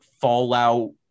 fallout